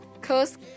Cause